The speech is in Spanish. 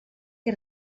que